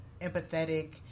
empathetic